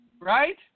Right